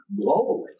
globally